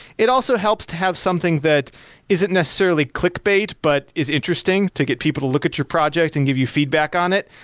it also helps to have something that isn't necessarily clickbait but is interesting to get people to look at your project and give you feedback on it.